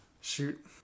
shoot